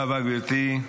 תודה רבה, גברתי.